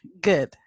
Good